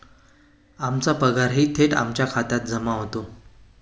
आमचा पगारही थेट आमच्या खात्यात जमा होतो